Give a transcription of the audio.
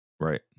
Right